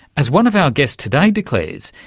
as one of our guests today declares,